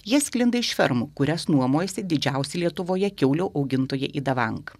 jie sklinda iš fermų kurias nuomojasi didžiausi lietuvoje kiaulių augintoja idavank